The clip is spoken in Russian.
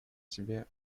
себе